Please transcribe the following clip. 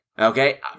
Okay